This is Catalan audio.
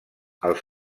els